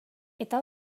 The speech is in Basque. eta